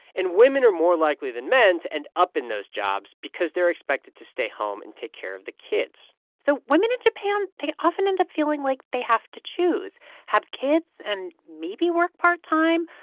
and women are more likely than men to end up in those jobs because they're expected to stay home and take care of the kids so women in japan, they often end up feeling like they have to choose have kids and maybe work part time,